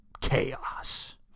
chaos